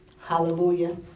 Hallelujah